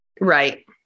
Right